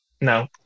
No